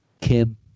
kim